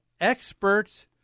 experts